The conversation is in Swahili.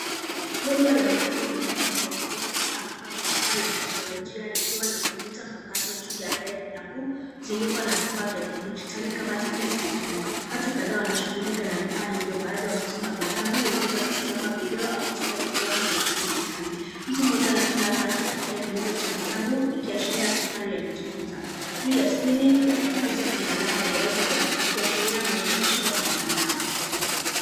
Rundo la vitabu vikubwa limetumika kama jukwaa la teknolojia likiwa na kompyuta mpakato juu yake na kuzungukwa na vifaa vya kidijitali kama tablets na simu. Watu kadhaa wanashughulika na vifaa hivyo baadhi wakisoma vitabu, wengine wakitazama video au kutumia programu za kidijitali. Mtu mmoja anapanda ngazi kufikia kilele cha vitabu, ikiashiria safari ya kujifunza. Juu ya skrini ya kompyuta kuna alama ya wifi , ikiashiria muunganisho wa mtandao.